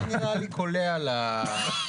זה נראה לי קולע לזה.